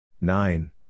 nine